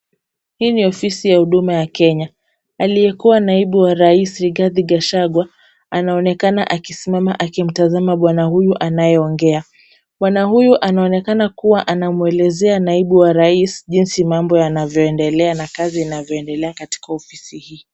Hii ni ofisi ya huduma ya Kenya. Aliyekuwa naibu wa rais Rigathi Gachagua, anaonekana akisimama akimtazama bwana huyu anayeongea. Bwana huyu anaonekana kuwa anamuelezea naibu wa rais jinsi mambo yanavyoendelea na kazi inavyoendelea katika ofisi hii.